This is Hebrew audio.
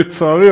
לצערי,